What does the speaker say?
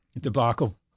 Debacle